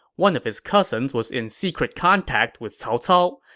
one of his cousins was in secret contact with cao cao.